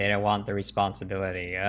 and want the responsibility